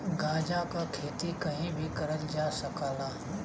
गांजा क खेती कहीं भी करल जा सकला